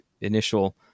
initial